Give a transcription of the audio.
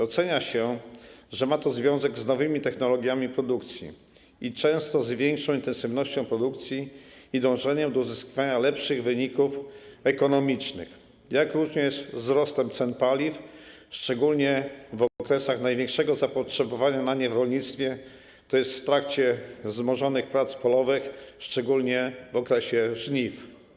Ocenia się, że ma to związek z nowymi technologiami produkcji i często z większą intensywnością produkcji i dążeniem do uzyskiwania lepszych wyników ekonomicznych, jak również wzrostem cen paliw, szczególnie w okresach największego zapotrzebowania na nie w rolnictwie, tj. w trakcie wzmożonych prac polowych, szczególnie w okresie żniw.